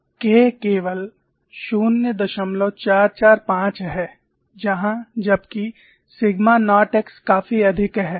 K केवल 0445 है जहां जबकि सिग्मा नॉट x काफी अधिक है